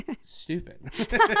Stupid